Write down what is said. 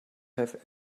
have